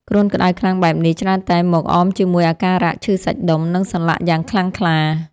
គ្រុនក្តៅខ្លាំងបែបនេះ ច្រើនតែមកអមជាមួយអាការៈឈឺសាច់ដុំ និងសន្លាក់យ៉ាងខ្លាំងក្លា។